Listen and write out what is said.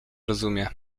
rozumie